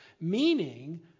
meaning